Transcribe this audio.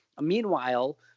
Meanwhile